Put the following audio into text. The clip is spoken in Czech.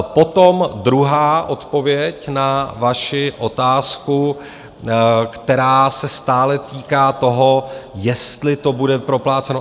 Potom druhá odpověď na vaši otázku, která se stále týká toho, jestli to bude propláceno.